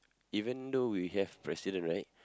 even though we have president right